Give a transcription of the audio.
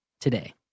today